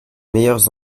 meilleurs